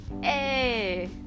Hey